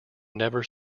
never